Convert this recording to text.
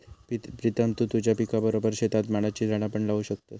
प्रीतम तु तुझ्या पिकाबरोबर शेतात माडाची झाडा पण लावू शकतस